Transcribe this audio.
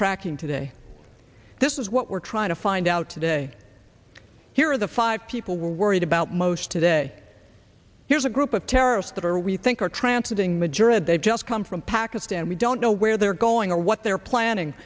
tracking today this is what we're trying to find out today here are the five people worried about most today here's a group of terrorists that are we think are transmitting madrid they've just come from pakistan we don't know where they're going or what they're planning